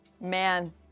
Man